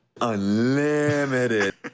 Unlimited